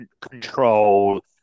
control